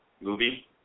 movie